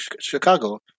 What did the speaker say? Chicago